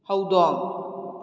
ꯍꯧꯗꯣꯡ